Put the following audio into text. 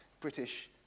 British